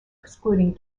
excluding